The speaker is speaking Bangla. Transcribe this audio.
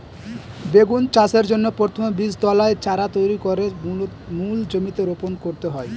বেগুন চাষের জন্য প্রথমে বীজতলায় চারা তৈরি করে মূল জমিতে রোপণ করতে হয়